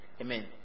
Amen